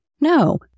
No